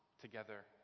together